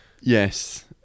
Yes